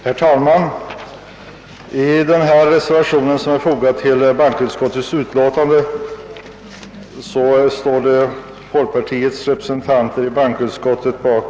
Herr talman! Bakom den reservation som fogats till bankoutskottets förevarande utlåtande nr 27 står folkpartiets representanter i utskottet.